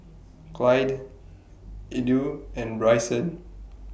Clydie Edw and Bryson